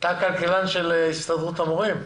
אתה מהסתדרות המורים?